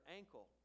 ankle